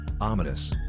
Ominous